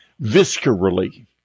viscerally